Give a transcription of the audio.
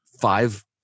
five